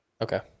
Okay